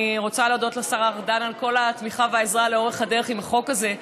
אני רוצה להודות לשר ארדן על כל התמיכה והעזרה לאורך הדרך עם החוק הזה,